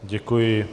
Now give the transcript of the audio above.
Děkuji.